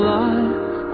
life